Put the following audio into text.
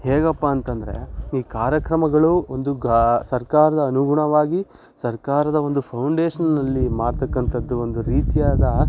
ಹೇಗಪ್ಪ ಅಂತಂದರೆ ಈ ಕಾರ್ಯಕ್ರಮಗಳು ಒಂದು ಗಾ ಸರ್ಕಾರದ ಅನುಗುಣವಾಗಿ ಸರ್ಕಾರದ ಒಂದು ಫೌಂಡೇಶನ್ನ್ನಲ್ಲಿ ಮಾಡ್ತಕ್ಕಂಥದ್ದು ಒಂದು ರೀತಿಯಾದ